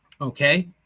okay